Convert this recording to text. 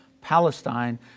Palestine